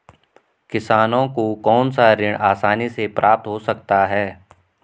किसानों को कौनसा ऋण आसानी से प्राप्त हो सकता है?